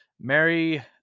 Mary